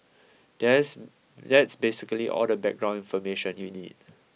there's that's basically all the background information you need